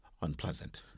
unpleasant